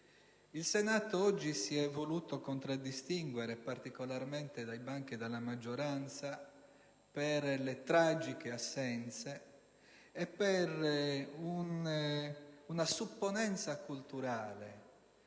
il Senato si è voluto contraddistinguere - soprattutto dai banchi della maggioranza - per le tragiche assenze e per una supponenza culturale